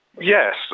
Yes